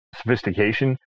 sophistication